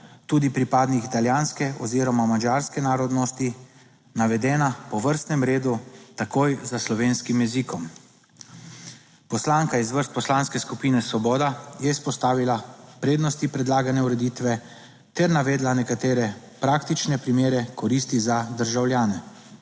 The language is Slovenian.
tudi pripadniki italijanske oziroma madžarske narodnosti, navedena po vrstnem redu takoj za slovenskim jezikom. Poslanka iz vrst Poslanske skupine Svoboda je izpostavila prednosti predlagane ureditve ter navedla nekatere praktične primere koristi za državljane.